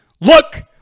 look